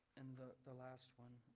and the the last one